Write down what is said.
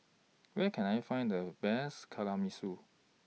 Where Can I Find The Best Kamameshi